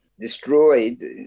destroyed